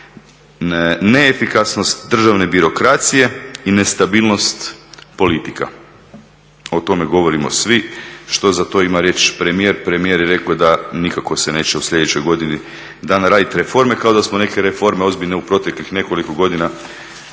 neefikasnost državne birokracije i nestabilnost politika. O tome govorimo svi. Što za to ima reći premijer, premijer je rekao da nikako se neće u sljedećoj godini dana radit reforme, kao da smo neke reforme ozbiljne u proteklih nekoliko godina